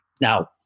Now